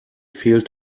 fehlt